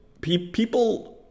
People